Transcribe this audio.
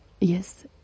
yes